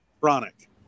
Chronic